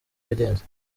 yagenze